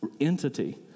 entity